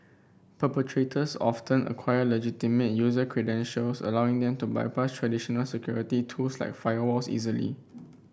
perpetrators often acquire legitimate user credentials allowing them to bypass traditional security tools like firewalls easily